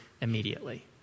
immediately